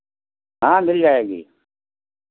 हाँ मिल जाएगी